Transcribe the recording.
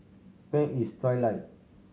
where is Trilight